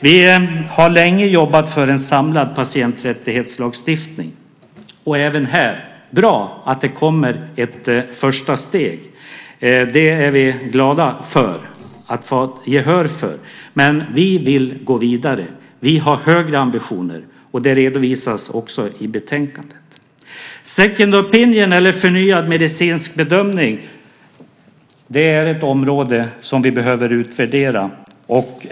Vi har länge jobbat för en samlad patienträttighetslagstiftning, och även här är det bra att det kommer ett första steg. Det är vi glada för att ha fått gehör för. Men vi vill gå vidare. Vi har högre ambitioner, som också redovisas i betänkandet. Second opinion , eller förnyad medicinsk bedömning, är ett område som vi behöver utvärdera.